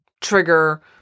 trigger